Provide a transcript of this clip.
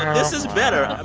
this is better.